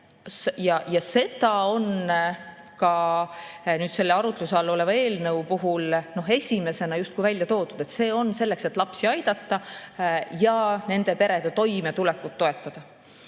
Seda on nüüd selle arutluse all oleva eelnõu puhul esimesena justkui välja toodud. See on selleks, et lapsi aidata ja nende perede toimetulekut toetada.